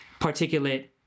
particulate